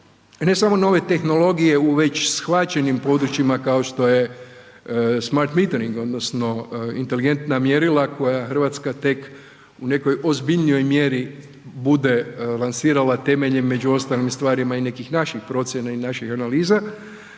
ne samo nove tehnologije u već shvaćenim područjima kao što je smart metering odnosno inteligentna mjerila koja Hrvatska tek u nekoj ozbiljnoj mjeri bude lansirala temeljem među ostalim stvarima i nekih naših procjena i naših analiza.